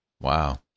Wow